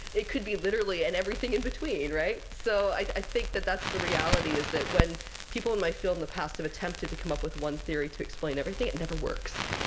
it could be literally and everything in between, right? so i think that that's the reality is that when people in my field, in the past, have attempted to come up with one theory to explain everything, it never works.